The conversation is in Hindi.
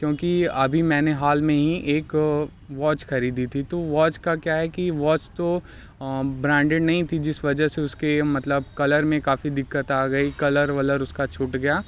क्योंकि अभी मैंने हाल में ही एक वॉच खरीदी थी तो वॉच का क्या है कि वॉच तो ब्रांडेड नहीं थी जिस वजह से उसके मतलब कलर में काफ़ी दिक़्क़त आ गई कलर वलर उसका छूट गया